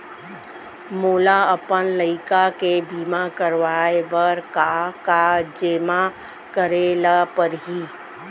मोला अपन लइका के बीमा करवाए बर का का जेमा करे ल परही?